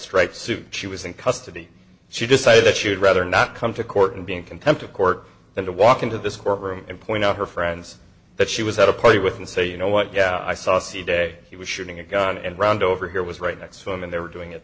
striped suit she was in custody she decided that she would rather not come to court and be in contempt of court than to walk into this courtroom and point out her friends that she was at a party with and say you know what yeah i saw see day he was shooting a gun and round over here was right next to him and they were doing it